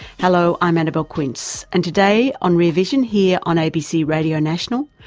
hello, i'm annabelle quince and today on rear vision, here on abc radio national,